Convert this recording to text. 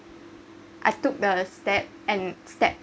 I took the step and step